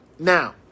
Now